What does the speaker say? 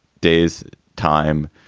days time.